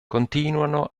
continuano